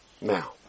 Now